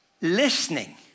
listening